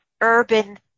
urban